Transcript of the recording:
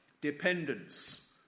Dependence